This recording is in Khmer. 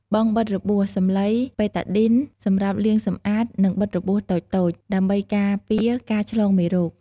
បង់បិទរបួស សំឡី បេតាឌីន សម្រាប់លាងសម្អាត និងបិទរបួសតូចៗ ដើម្បីការពារការឆ្លងមេរោគ។